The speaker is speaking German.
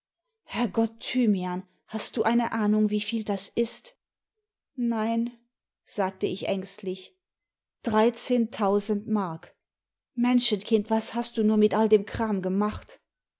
herrgott thymian hast du eine ahnung wieviel das ist nein sagte ich ängstlich dreizehntausend mark menschenkind was hast du nur mit all dem kram gemacht